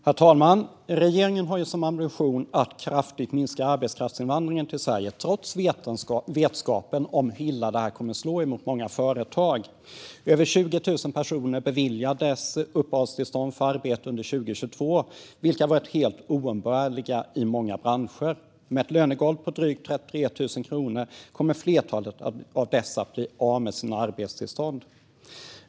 Herr talman! Regeringen har ju som ambition att kraftigt minska arbetskraftsinvandringen till Sverige, trots vetskapen om hur illa det här kommer att slå mot många företag. Över 20 000 personer beviljades uppehållstillstånd för arbete under 2022, vilka har varit helt oumbärliga i många branscher. Med ett lönegolv på drygt 33 000 kronor i månaden kommer flertalet av dessa att bli av med sina arbetstillstånd.